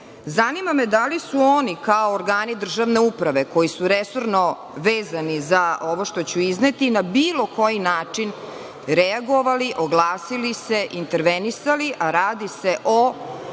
Zanima me da li su oni kao organi državne uprave, koji su resorno vezani za ovo što ću izneti, na bilo koji način reagovali, oglasili se, intervenisali, a radi se o